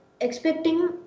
expecting